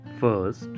First